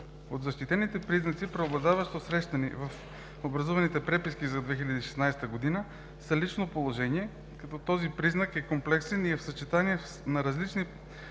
От защитените признаци, преобладаващо срещани в образуваните преписки за 2016 г. са: лично положение, като този признак е комплексен и е съчетание на различни